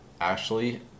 Ashley